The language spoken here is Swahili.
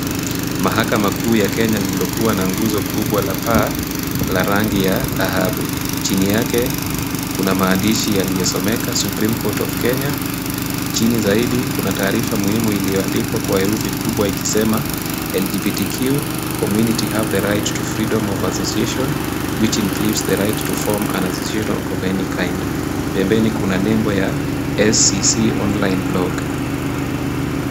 Mahakama kuu ya Kenya lilikuwa na nguzo kubwa la paa, la rangi ya dhahabu. Chini yake kuna maandishi yaliyosomeka, Supreme Court of Kenya . Chini zaidi kuna taarifa muhimu iliyoandikwa kwa herufi kubwa ikisema, LGBTQ community have the right to freedom of association, which includes the right to form an association of any kind .Pembeni kuna nembo ya SCC online blog .